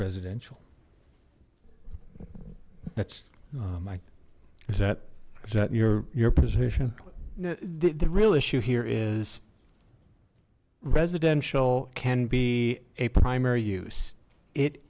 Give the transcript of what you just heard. residential that's my is that is that your your position the real issue here is residential can be a primary use it